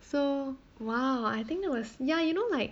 so !wow! I think that was ya you know like